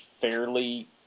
fairly